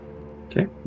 Okay